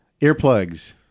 Earplugs